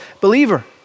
believer